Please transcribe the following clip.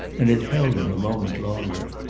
and it held him a moment longer.